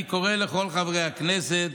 אני קורא לכל חברי הכנסת,